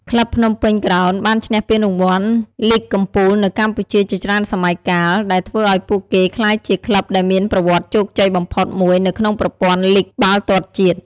ក្លឹបភ្នំពេញក្រោនបានឈ្នះពានរង្វាន់លីគកំពូលនៅកម្ពុជា ជាច្រើនសម័យកាល ដែលធ្វើឲ្យពួកគេក្លាយជាក្លឹបដែលមានប្រវត្តិជោគជ័យបំផុតមួយនៅក្នុងប្រព័ន្ធលីគបាល់ទាត់ជាតិ។